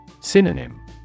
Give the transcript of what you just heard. Synonym